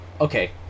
Okay